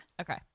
Okay